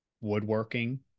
woodworking